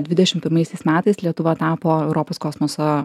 dvidešimt pirmaisiais metais lietuva tapo europos kosmoso